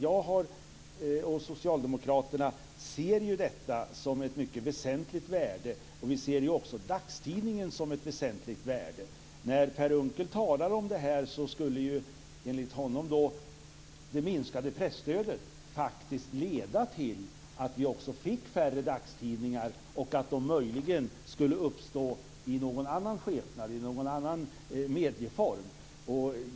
Jag och Socialdemokraterna ser detta som ett mycket väsentligt värde, och vi ser också dagstidningen som ett väsentligt värde. Enligt det som Per Unckel säger skulle det minskade presstödet faktiska leda till färre dagstidningar och att de möjligen skulle uppstå i någon annan medieform.